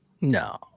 No